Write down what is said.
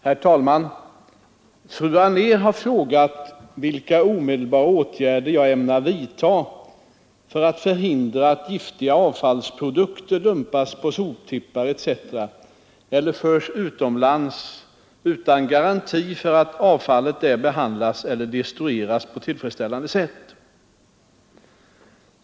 Herr talman! Fru Anér har frågat vilka omedelbara åtgärder jag ämnar vidta för att förhindra att giftiga avfallsprodukter dumpas på soptippar s utomlands utan garanti för att avfallet där behandlas eller etc. eller fö destrueras på tillfredsställande sätt.